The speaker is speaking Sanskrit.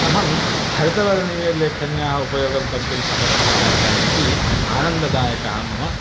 अहं हरितवर्णीयलेखन्याः उपयोगं कर्तुं समर्थः जातः इति आनन्ददायकः मम